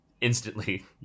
instantly